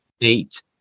Eight